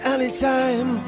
Anytime